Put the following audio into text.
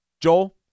Joel